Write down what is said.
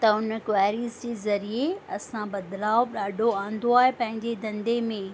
त उन क्वैरीज़ जे ज़रिये असां बदलाव ॾाढो आंदो आहे पंहिंजे धंधे में